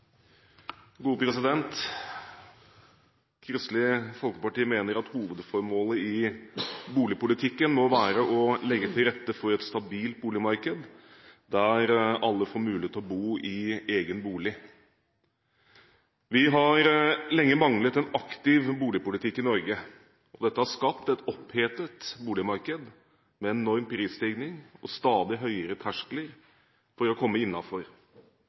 Kristelig Folkeparti mener at hovedformålet i boligpolitikken må være å legge til rette for et stabilt boligmarked, der alle får mulighet til å bo i egen bolig. Vi har lenge manglet en aktiv boligpolitikk i Norge. Dette har skapt et opphetet boligmarked med en enorm prisstigning og stadig høyere terskler for å komme